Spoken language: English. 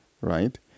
right